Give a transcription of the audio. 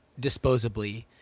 disposably